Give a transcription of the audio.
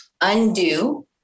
undo